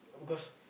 because